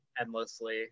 endlessly